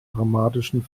dramatischen